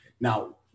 Now